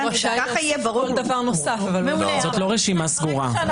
זאת לא רשימה סגורה.